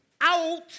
out